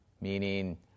Meaning